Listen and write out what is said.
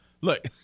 Look